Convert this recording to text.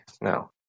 No